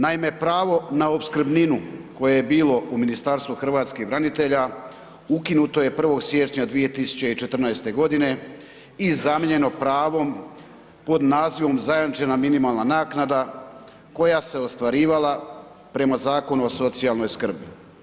Naime, pravo na opskrbninu koje je bilo u Ministarstvu hrvatskih branitelja ukinuto je 1. siječnja 2014.g. i zamijenjeno pravom pod nazivom „zajamčena minimalna naknada“ koja se ostvarivala prema Zakonu o socijalnoj skrbi.